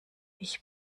ich